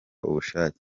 ubushake